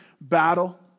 battle